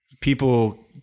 people